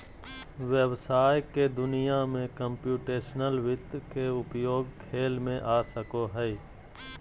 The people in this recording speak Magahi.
व्हवसाय के दुनिया में कंप्यूटेशनल वित्त के उपयोग खेल में आ सको हइ